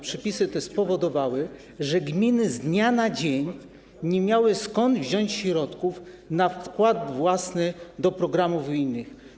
Przepisy te spowodowały, że gminy z dnia na dzień nie miały skąd wziąć środków na wkład własny do programów unijnych.